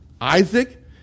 Isaac